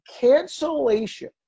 cancellation